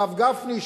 הרב גפני,